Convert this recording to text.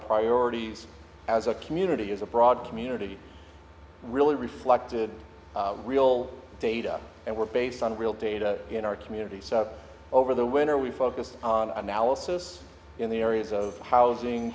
priorities as a community is a broad community really reflected real data and were based on real data in our communities over the winter we focused on analysis in the areas of housing